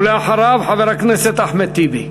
ואחריו, חבר הכנסת אחמד טיבי.